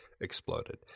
exploded